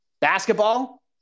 Basketball